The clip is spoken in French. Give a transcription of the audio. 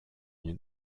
une